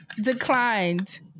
declined